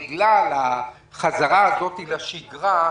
בגלל החזרה הזאת לשגרה,